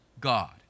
God